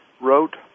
wrote